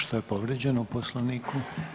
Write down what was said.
Što je povrijeđeno u Poslovniku?